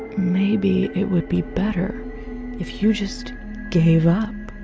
maybe it would be better if you just gave up,